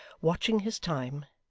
watching his time,